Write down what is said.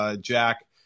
jack